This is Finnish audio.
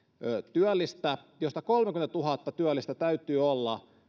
työllistä joista kolmekymmentätuhatta työllistä täytyy olla